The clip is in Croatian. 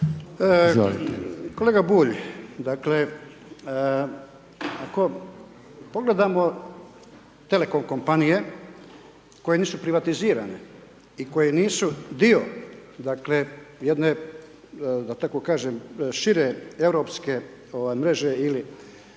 Kolega Bulj, dakle, ako pogledamo telekom kompanije koje nisu privatizirane i koje nisu dio dakle, jedne da tako kažem šire europske mreže ili